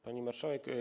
Pani Marszałek!